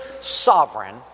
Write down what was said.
sovereign